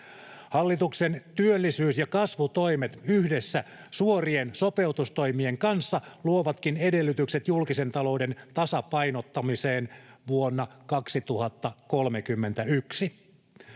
Hallituksen työllisyys- ja kasvutoimet yhdessä suorien sopeutustoimien kanssa luovatkin edellytykset julkisen talouden tasapainottamiseen vuonna 2031.